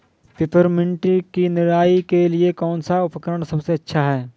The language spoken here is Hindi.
पिपरमिंट की निराई के लिए कौन सा उपकरण सबसे अच्छा है?